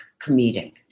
comedic